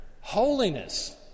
holiness